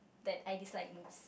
that I dislike most